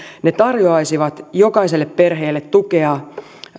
ne tarjoaisivat jokaiselle perheelle tukea